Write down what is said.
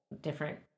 different